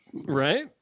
Right